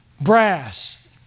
brass